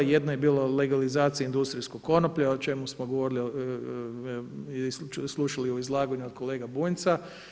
Jedno je bilo legalizacija industrijske konoplje, o čemu smo govorili i slušali u izlaganju od kolege Bunjca.